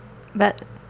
but